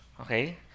Okay